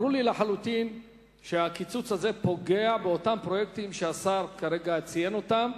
ברור לי לחלוטין שהקיצוץ הזה פוגע בפרויקטים שהשר כרגע ציין אותם,